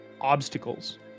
obstacles